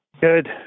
Good